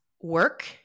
work